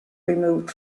removed